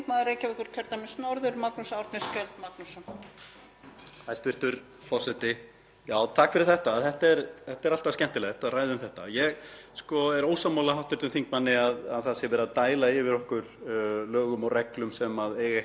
Ég er ósammála hv. þingmanni um að það sé verið að dæla yfir okkur lögum og reglum sem eiga ekki við hér og komi okkur ekki við. Ég held að mjög margt af því sem kemur í gegnum EES-samninginn sé okkur til mikilla hagsbóta